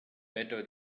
better